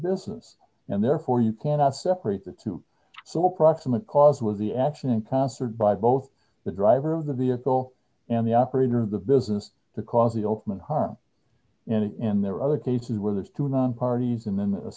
business and therefore you cannot separate the two so approximate cause with the action in concert by both the driver of the vehicle and the operator of the business to cause the ultimate harm and in their other cases where there's two of them parties and then a